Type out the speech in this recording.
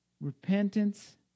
Repentance